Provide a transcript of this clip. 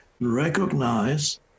recognize